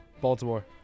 Baltimore